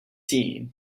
tea